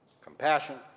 compassion